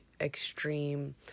extreme